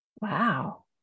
wow